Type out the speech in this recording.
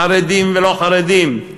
חרדים ולא חרדים,